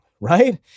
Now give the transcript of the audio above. right